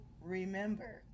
remember